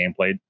gameplay